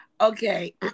okay